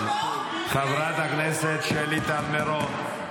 אינה נוכחת, חברת הכנסת שלי טל מירון,